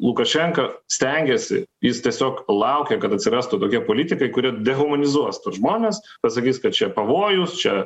lukašenka stengiasi jis tiesiog laukia kad atsirastų tokia politika kuri dehumanizuos žmones pasakys kad čia pavojus čia